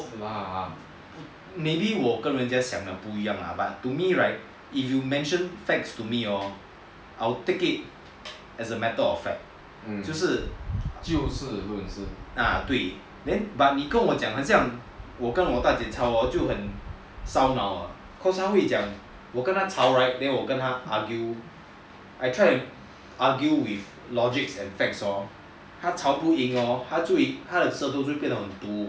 maybe 我跟人家想的不一样 lah but to me right if you mention facts to me hor I would take it as a matter of fact 就是啊对 but 你跟我讲很像我跟我大姐吵 hor 就很伤脑的 cause 她会讲我跟她吵 right then 我跟她 argue I tried to argue with logic and facts hor 她吵不赢 hor 她的舌头就会变到很毒